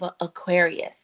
Aquarius